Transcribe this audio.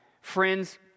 Friends